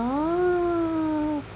!aww!